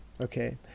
Okay